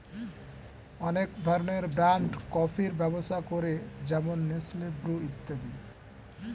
অনেক ধরনের ব্র্যান্ড কফির ব্যবসা করে যেমন নেসলে, ব্রু ইত্যাদি